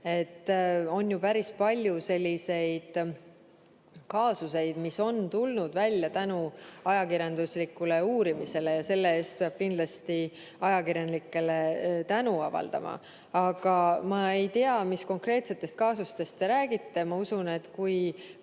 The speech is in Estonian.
On ju päris palju selliseid kaasuseid, mis on tulnud välja tänu ajakirjanduslikule uurimisele, ja selle eest peab kindlasti ajakirjanikele tänu avaldama. Ma ei tea, mis konkreetsetest kaasustest te räägite. Ma usun, et kui